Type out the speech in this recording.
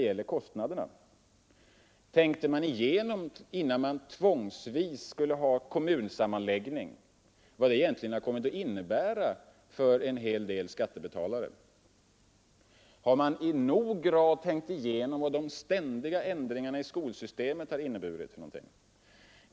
Hade man tänkt igenom, innan man tvångsvis genomförde kommunsammanläggningen, vad den skulle komma att innebära för skattebetalarna? Har man i tillräckligt hög grad tänkt igenom vad de ständiga ändringarna i skolsystemet har inneburit?